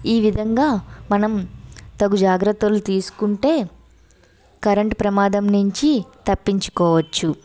ఈ విధంగా మనం తగు జాగ్రత్తలు తీసుకుంటే కరెంట్ ప్రమాదం నుంచి తప్పించుకోవచ్చు